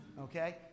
Okay